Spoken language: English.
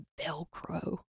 Velcro